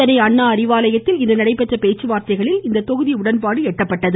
சென்னை அண்ணா அறிவாலயத்தில் இன்று நடைபெற்ற பேச்சுவார்த்தைகளில் இந்த தொகுதி உடன்பாடு எட்டப்பட்டுள்ளது